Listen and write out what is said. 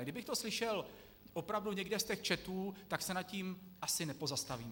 Kdybych to slyšel opravdu někde z těch chatů, tak se nad tím asi nepozastavím.